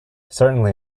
certainly